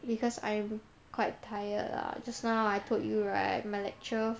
because I'm quite tired lah just now I told you right my lecture